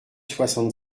soixante